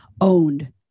owned